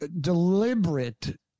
deliberate